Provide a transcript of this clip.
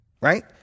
right